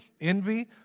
envy